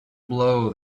blow